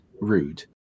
rude